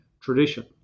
tradition